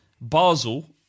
Basel